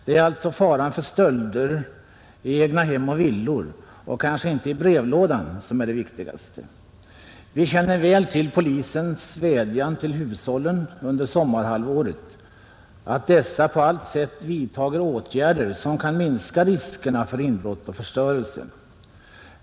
Det är alltså faran för stölder i egnahem och villor och kanske inte i brevlådan som är viktigast. Vi känner väl till polisens vädjan till hushållen under sommarhalvåret att dessa på allt sätt vidtar åtgärder som kan minska riskerna för inbrott och förstörelse.